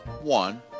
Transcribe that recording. One